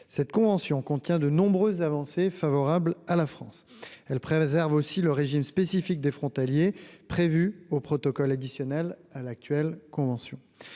cette convention contient de nombreuses avancées, favorable à la France, elle préserve aussi le régime spécifique des frontaliers prévu au protocole additionnel à l'actuelle convention